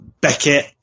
Beckett